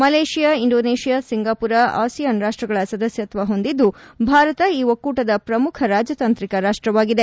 Malaysia Indonesia Singapore ASEAN ರಾಷ್ಟಗಳ ಸದಸ್ಯತ್ವ ಹೊಂದಿದ್ದು ಭಾರತ ಈ ಒಕ್ಕೂಟದ ಪ್ರಮುಖ ರಾಜತಾಂತ್ರಿಕ ರಾಷ್ಟವಾಗಿದೆ